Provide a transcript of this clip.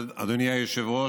אדוני היושב-ראש,